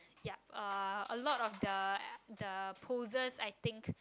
yup uh a lot of the the poses I think